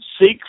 seek